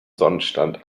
sonnenstand